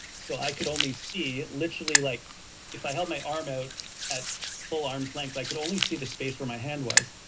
so, i could only see literally like if i held my arm out at full arm's length, i could only see the space where my hand was.